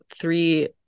three